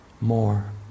more